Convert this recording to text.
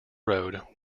road